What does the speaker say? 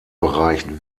bereichen